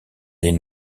les